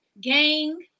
Gang